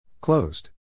Closed